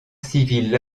civile